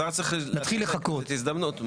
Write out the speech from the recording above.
השר צריך לתת הזדמנות.